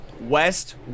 West